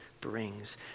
brings